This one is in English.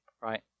right